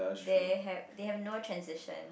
they have they have no transition